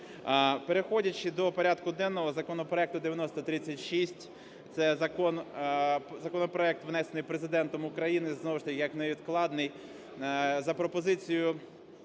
Переходячи до порядку денного, законопроекту 9036 – це законопроект, внесений Президентом України знову ж таки як невідкладний, за пропозицією